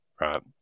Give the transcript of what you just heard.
Right